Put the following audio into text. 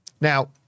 Now